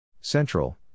Central